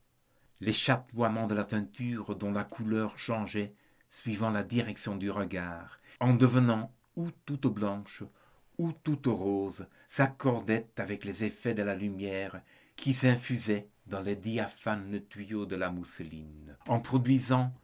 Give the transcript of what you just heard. les chatoiements de la tenture dont la couleur changeait suivant la direction du regard en devenant ou toute blanche ou toute rose s'accordaient avec les effets de la lumière qui s'infusait dans les diaphanes tuyaux de la mousseline en